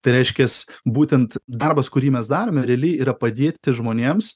tai reiškias būtent darbas kurį mes darome realiai yra padėti žmonėms